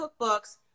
cookbooks